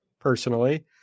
personally